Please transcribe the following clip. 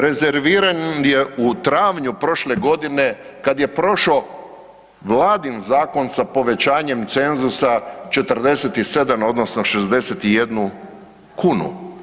Rezerviran je u travnju prošle godine kada je prošao Vladin Zakon sa povećanjem cenzusa 47 odnosno 61 kunu.